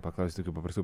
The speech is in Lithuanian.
paklausti tokių paprastų